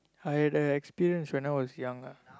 I had the experience when I was young ah